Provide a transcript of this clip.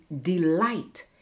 delight